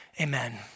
Amen